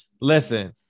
Listen